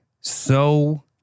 so-